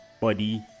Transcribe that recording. body